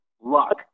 luck